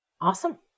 Awesome